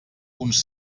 uns